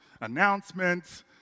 announcements